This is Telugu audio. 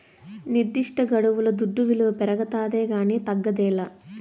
నిర్దిష్టగడువుల దుడ్డు విలువ పెరగతాదే కానీ తగ్గదేలా